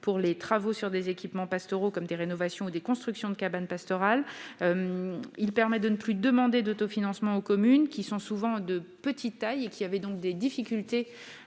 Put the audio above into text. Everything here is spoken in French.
pour les travaux sur des équipements pastoraux, comme des rénovations ou des constructions de cabanes pastorales. Il permettra de ne plus demander un autofinancement aux communes, qui sont souvent de petite taille et qui avaient des difficultés